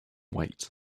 wait